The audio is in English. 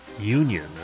Union